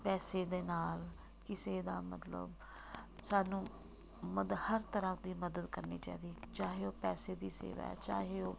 ਪੈਸੇ ਦੇ ਨਾਲ ਕਿਸੇ ਦਾ ਮਤਲਬ ਸਾਨੂੰ ਮਦਦ ਹਰ ਤਰ੍ਹਾਂ ਦੀ ਮਦਦ ਕਰਨੀ ਚਾਹੀਦੀ ਚਾਹੇ ਉਹ ਪੈਸੇ ਦੀ ਸੇਵਾ ਹੈ ਚਾਹੇ ਉਹ